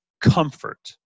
comfort